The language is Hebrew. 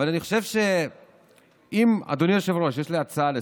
אבל אדוני היושב-ראש, יש לי הצעה לסדר-היום: